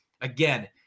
again